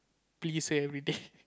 please everyday